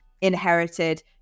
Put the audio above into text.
inherited